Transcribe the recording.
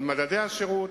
על מדדי השירות.